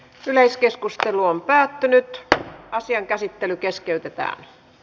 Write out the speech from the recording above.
yleiskeskustelu päättyi ja asian käsittely keskeytettiin